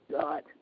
God